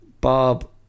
Bob